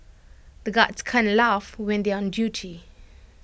the guards can't laugh when they are on duty